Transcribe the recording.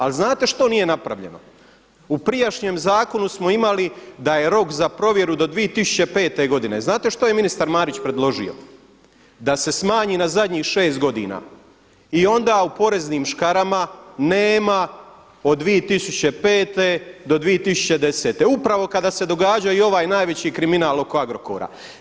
Ali znate što nije napravljeno, u prijašnjem zakonu smo imali da je rok za provjeru do 2005. godine, znate što je ministar Marić predložio da se smanji na zadnjih šest godina i onda u poreznim škarama nema od 2005. do 2010. upravo kada se događao i ovaj najveći kriminal oko Agrokora.